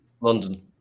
London